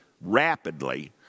rapidly